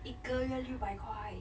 一个月六百块